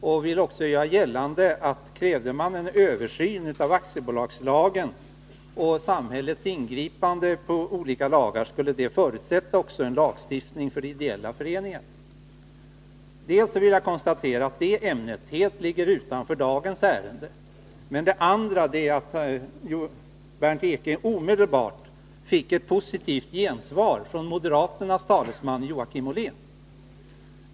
Han ville också göra gällande, att krävde man en översyn av aktiebolagslagen och samhällets ingripande när det gäller olika lagar, skulle det förutsätta en lagstiftning också för ideella föreningar. Först vill jag konstatera att det ämnet helt ligger utanför dagens debatt. Det andra är att Bernt Ekinge omedelbart fick ett mycket positivt gensvar från moderaternas talesman, Joakim Ollén.